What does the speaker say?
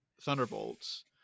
Thunderbolts